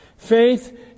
Faith